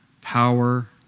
power